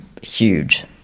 huge